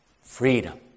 freedom